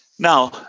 now